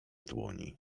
dłoni